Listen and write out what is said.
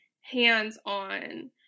hands-on